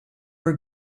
were